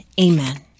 Amen